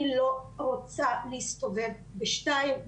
אני לא רוצה להסתובב בשתיים,